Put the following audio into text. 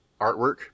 artwork